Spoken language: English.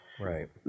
Right